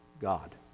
God